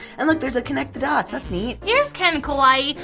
and look, there's a connect the dots, that's neat. here's ken kawaii,